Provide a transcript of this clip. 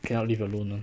cannot live alone [one]